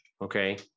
okay